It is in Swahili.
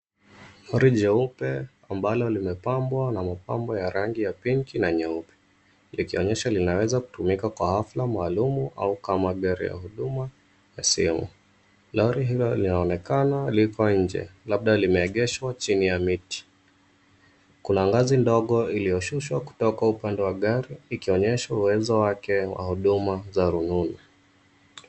Lori jeupe ambalo limepambwa na mapambo ya rangi ya pinki na nyeupe likionyesha linaweza kutumikakwa kwa hafla maalumu au kama gari ya huduma ya simu, lori hilo linaonekana lipo nje labda limeegeshwa chini ya miti kuna ngazi ndogo iliyoshushwa kutoka upande wa gari ikionyesha uwezo wake wa huduma za rununu.